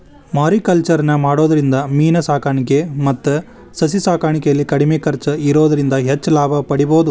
mariculture ನ ಮಾಡೋದ್ರಿಂದ ಮೇನ ಸಾಕಾಣಿಕೆ ಮತ್ತ ಸಸಿ ಸಾಕಾಣಿಕೆಯಲ್ಲಿ ಕಡಿಮೆ ಖರ್ಚ್ ಇರೋದ್ರಿಂದ ಹೆಚ್ಚ್ ಲಾಭ ಪಡೇಬೋದು